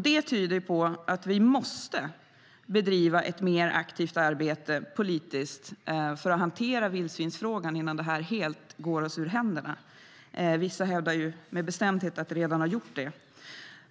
Det tyder på att vi måste bedriva ett mer aktivt arbete politiskt för att hantera vildsvinsfrågan innan den helt går oss ur händerna. Vissa hävdar med bestämdhet att den redan har gjort det.